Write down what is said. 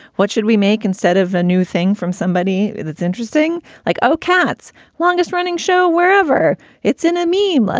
what should we make instead of a new thing from somebody that's interesting, like, oh, cats longest running show wherever it's in a meme. like